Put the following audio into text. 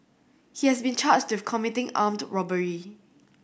he has been charged with committing armed robbery